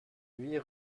huit